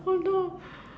oh no